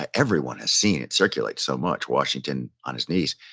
ah everyone has seen, it circulates so much. washington on his knees.